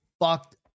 fucked